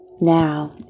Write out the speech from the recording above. Now